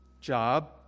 job